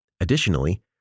Additionally